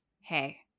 hey